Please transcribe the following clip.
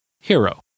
hero